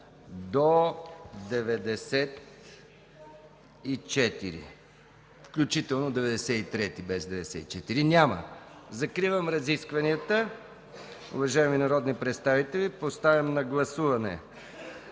до 93 включително? Няма. Закривам разискванията. Уважаеми народни представители, поставям на гласуване